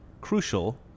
crucial